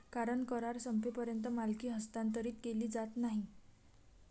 कारण करार संपेपर्यंत मालकी हस्तांतरित केली जात नाही